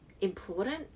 important